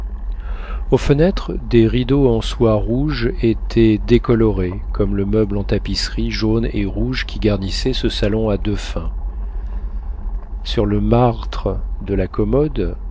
aux fenêtres des rideaux en soie rouge étaient décolorés comme le meuble en tapisserie jaune et rouge qui garnissait ce salon à deux fins sur le marbre de la commode